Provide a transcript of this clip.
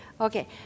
Okay